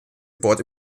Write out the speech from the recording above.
geburt